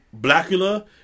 Blackula